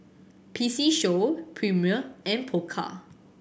P C Show Premier and Pokka